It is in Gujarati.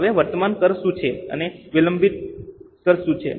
હવે વર્તમાન કર શું છે અને વિલંબિત કર શું છે